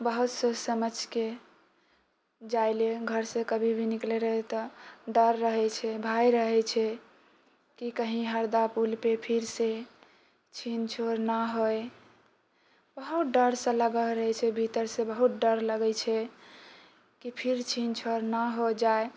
बहुत सोच समझके जाइलए घरसँ कभी भी निकलै रहै तऽ डर रहै छै भय रहै छै की कहीँ हरदा पुलपर फेरसँ छीन छोर नहि होइ बहुत डरसँ लागैत रहै छै भीतरसँ बहुत डर लागै छै की फिर छीन छोर नहि होइ जाइ